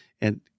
and-